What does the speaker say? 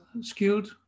skewed